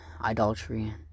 idolatry